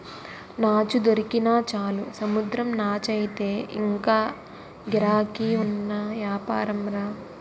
నాచు దొరికినా చాలు సముద్రం నాచయితే ఇంగా గిరాకీ ఉన్న యాపారంరా